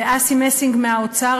ואסי מסינג מהאוצר,